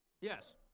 Yes